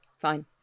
fine